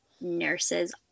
nurses